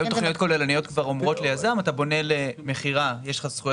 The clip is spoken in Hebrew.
היום תוכניות כוללניות אומרות ליזם אתה בונה מכירה יש לך זכויות